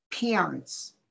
parents